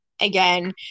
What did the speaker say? again